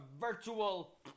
virtual